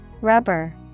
rubber